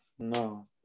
No